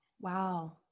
wow